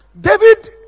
David